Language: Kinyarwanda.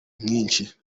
mwinshi